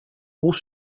gros